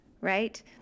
right